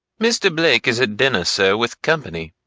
mr. blake is at dinner, sir, with company,